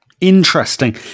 Interesting